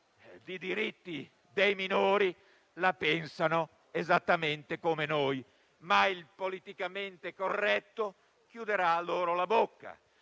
di diritti dei minori la pensa esattamente come noi, ma il politicamente corretto chiuderà loro la bocca,